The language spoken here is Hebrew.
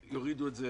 יורידו את זה.